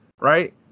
Right